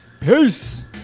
Peace